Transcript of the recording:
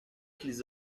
qu’ils